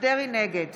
נגד